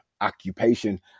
occupation